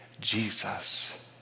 Jesus